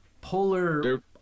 polar